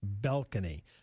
balcony